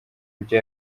byo